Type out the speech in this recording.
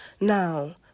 Now